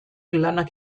lanak